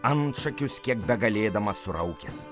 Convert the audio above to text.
antšakius kiek begalėdamas suraukęs